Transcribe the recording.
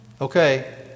Okay